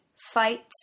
fight